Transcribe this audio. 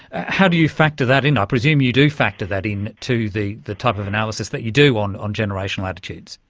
how do you factor that in? i ah presume you do factor that in to the the type of analysis that you do on on generational attitudes.